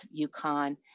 UConn